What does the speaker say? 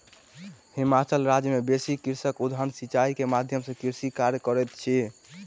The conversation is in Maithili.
हिमाचल राज्य मे बेसी कृषक उद्वहन सिचाई के माध्यम सॅ कृषि कार्य करैत अछि